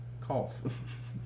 cough